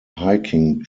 hiking